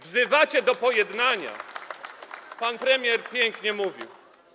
Wzywacie do pojednania, pan premier pięknie mówił.